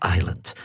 Island